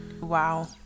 Wow